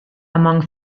among